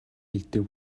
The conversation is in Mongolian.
хэлдэг